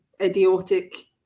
idiotic